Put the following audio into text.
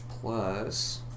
plus